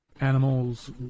animals